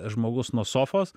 žmogus nuo sofos